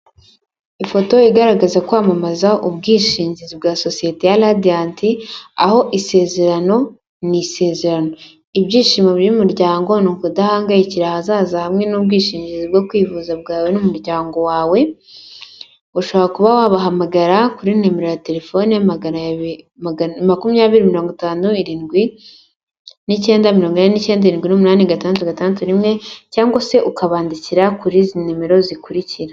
Ifoto igaragaza kwamamaza ubwishingizi bwa sosiyete ya radiyanti, aho isezerano ni isezerano, ibyishimo by'umuryango ni ukudahangayikira ahazaza hamwe n'ubwishingizi bwo kwivuza bwawe n'umuryango wawe. Ushobora kuba wabahamagara kuri nimero ya telefoni makumyabiri mirongo itanu irindwi n'icyenda mirongo ine irindwi n'umunani gatandatu gadatu imwe, cyangwa se ukabandikira kuri izi nimero zikurikira.